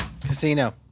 Casino